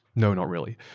no, not really.